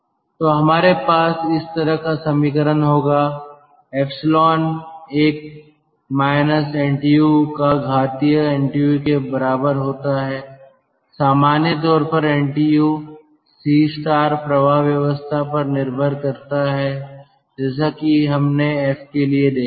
तो हमारे पास इस तरह का समीकरण होगा एप्सिलॉन एक माइनस NTU का घातीय NTU के बराबर होता है सामान्य तौर पर एनटीयू C प्रवाह व्यवस्था पर निर्भर करता है जैसा कि हमने F के लिए देखा था